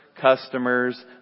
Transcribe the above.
customers